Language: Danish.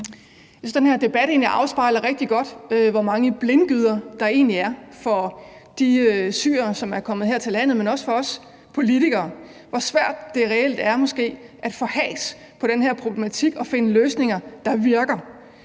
Jeg synes, den her debat egentlig afspejler rigtig godt, hvor mange blindgyder der egentlig er for de syrere, som er kommet her til landet, men også for os politikere – hvor svært det måske reelt er at få has på den her problematik og finde løsninger, der virker.